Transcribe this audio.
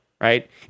right